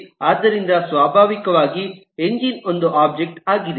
ಆದ್ದರಿಂದ ಸ್ವಾಭಾವಿಕವಾಗಿ ಎಂಜಿನ್ ಒಂದು ಒಬ್ಜೆಕ್ಟ್ ಆಗಿದೆ